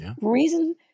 reason